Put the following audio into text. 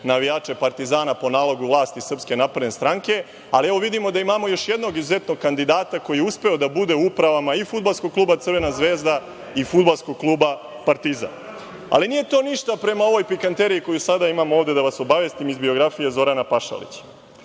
navijače Partizana po nalogu vlasti SNS, ali evo vidimo da imamo još jednog izuzetnog kandidata koji je uspeo da bude u upravama i fudbalskog kluba Crvena zvezda i fudbalskog kluba Partizan. Ali, nije to ništa prema ovoj pikanteriji koju sada imamo ovde, da vas obavestim, iz biografije Zorana Pašalića.